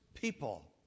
people